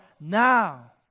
now